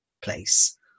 place